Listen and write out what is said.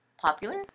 popular